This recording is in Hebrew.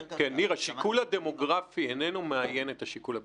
השיקול הדמוגרפי איננו מאיין את השיקול הביטחוני.